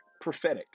prophetic